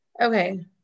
Okay